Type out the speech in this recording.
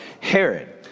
Herod